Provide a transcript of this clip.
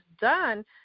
done